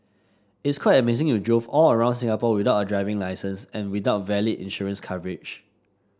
it's quite amazing you drove all around Singapore without a driving licence and without valid insurance coverage